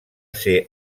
ser